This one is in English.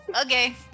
Okay